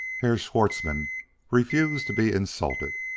herr schwartzmann refused to be insulted.